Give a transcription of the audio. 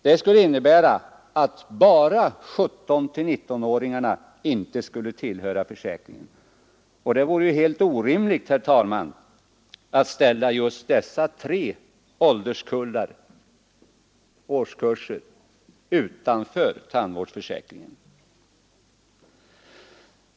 Det skulle innebära att bara 17—19-åringarna inte skulle tillhöra försäkringen, och det vore ju helt orimligt, herr talman, att ställa just dessa tre årskullar utanför tandvårdsförsäkringen.